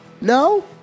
No